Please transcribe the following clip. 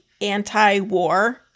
anti-war